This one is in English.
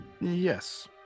Yes